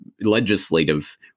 legislative